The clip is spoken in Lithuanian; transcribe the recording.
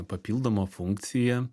papildoma funkcija